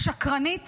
השקרנית